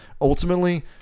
ultimately-